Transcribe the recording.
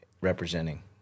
representing